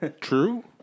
True